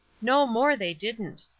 no more they didn't.